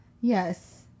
Yes